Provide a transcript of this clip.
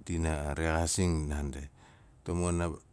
ndina rexaazing naandi. Tamon a